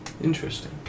Interesting